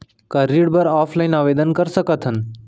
का ऋण बर ऑफलाइन आवेदन कर सकथन?